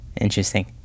Interesting